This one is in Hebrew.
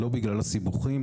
לא בגלל הסיבוכים.